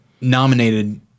nominated